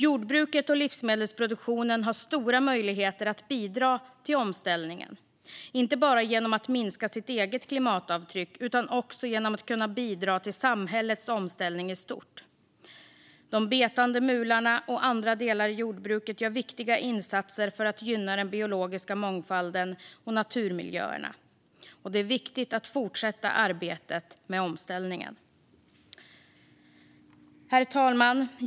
Jordbruket och livsmedelsproduktionen har stora möjligheter att bidra till omställningen, inte bara genom att minska sitt eget klimatavtryck utan också genom att bidra till samhällets omställning i stort. De betande mularna och andra delar i jordbruket gör viktiga insatser för att gynna den biologiska mångfalden och naturmiljöerna. Det är viktigt att fortsätta arbetet med omställningen. Herr talman!